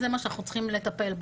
זה מה שאנחנו צריכים לטפל בו.